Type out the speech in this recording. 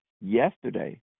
Yesterday